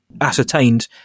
ascertained